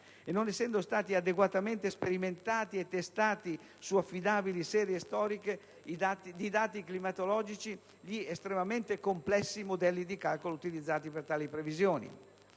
e non essendo stati adeguatamente sperimentati e testati su affidabili serie storiche di dati climatologici gli estremamente complessi modelli di calcolo utilizzati per tali previsioni.